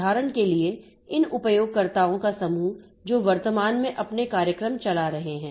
उदाहरण के लिए उन उपयोगकर्ताओं का समूह जो वर्तमान में अपने कार्यक्रम चला रहे हैं